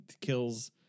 kills